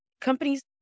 Companies